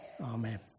Amen